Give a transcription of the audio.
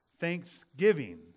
thanksgiving